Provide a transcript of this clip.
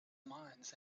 minds